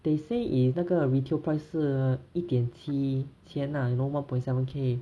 they say is 那个 retail price 是一点七千啊 you know one point seven K